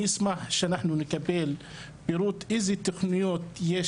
אני אשמח שאנחנו נקבל פירוט איזה תוכניות יש